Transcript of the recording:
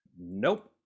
Nope